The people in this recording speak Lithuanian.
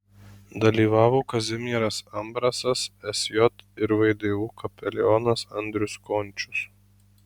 dalyvavo kazimieras ambrasas sj ir vdu kapelionas andrius končius